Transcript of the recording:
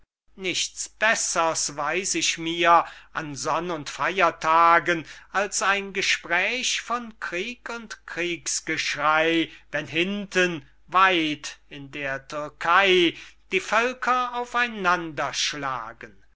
nichts bessers weiß ich mir an sonn und feyertagen als ein gespräch von krieg und kriegsgeschrey wenn hinten weit in der türkey die völker